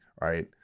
right